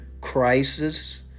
crisis